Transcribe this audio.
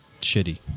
shitty